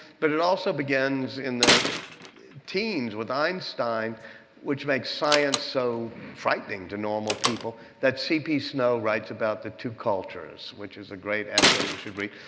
but it also begins in the teens with einstein which makes science so frightening to normal people that c. p. snow writes about, the two cultures. which is a great essay. you should read